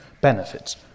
benefits